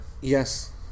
Yes